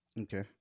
Okay